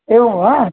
एवं वा